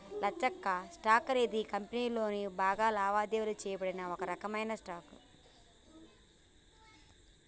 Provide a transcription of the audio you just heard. లచ్చక్క, stock అనేది కంపెనీలోని బాగా వాటాదారుచే చేయబడిన ఒక రకమైన స్టాక్